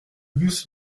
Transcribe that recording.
bus